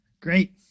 Great